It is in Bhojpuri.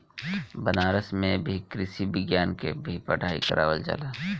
बनारस में भी कृषि विज्ञान के भी पढ़ाई करावल जाला